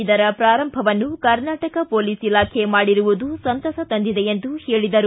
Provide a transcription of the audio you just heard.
ಇದರ ಪ್ರಾರಂಭವನ್ನು ಕರ್ನಾಟಕ ಪೊಲೀಲ್ ಇಲಾಖೆ ಮಾಡಿರುವುದು ಸಂತಸ ತಂದಿದೆ ಎಂದು ಹೇಳಿದರು